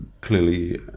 clearly